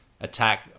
attack